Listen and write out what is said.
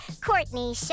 Courtney